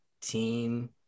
team